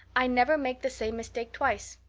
i never make the same mistake twice.